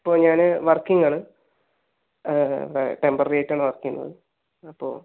ഇപ്പോൾ ഞാൻ വർക്കിംഗ് ആണ് ടെംപററി ആയിട്ടാണ് വർക്ക് ചെയ്യുന്നത്